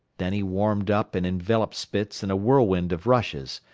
then he warmed up and enveloped spitz in a whirlwind of rushes.